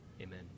amen